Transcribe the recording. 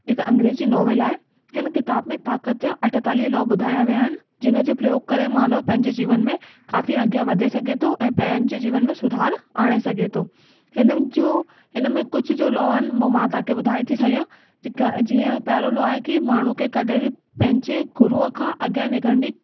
हिकु अंग्रेजी नॉवल आहे हिन किताब में ताक़त जा अठेतालीह लॉ ॿुधाया विया आहिनि जिन जो प्रयोग करे मानव पंहिंजे जीवन में काफ़ी अॻियां वधे सघे थो ऐं पंहिंजे जीवन में सुधार आणे सघे थो हिन जो इन में कुझु जो लॉ आहिनि हो मां तव्हांखे ॿुधाए थी सघियां जीअं पहिरों लॉ आहे की माण्हू खे कॾहिं बि पंहिंजे गुरूअ खां अॻियां निकिरणी